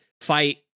fight